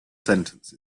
sentence